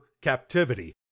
captivity